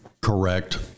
correct